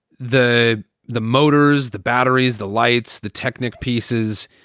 the the motors, the batteries, the lights, the technik pieces.